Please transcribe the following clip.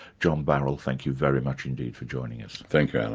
john barrell, thank you very much indeed for joining us. thank you alan.